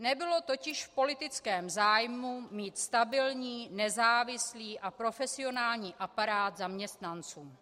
Nebylo totiž v politickém zájmu mít stabilní, nezávislý a profesionální aparát zaměstnanců.